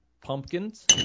pumpkins